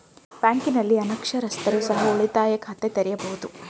ಬ್ಯಾಂಕಿನಲ್ಲಿ ಅನಕ್ಷರಸ್ಥರು ಸಹ ಉಳಿತಾಯ ಖಾತೆ ತೆರೆಯಬಹುದು?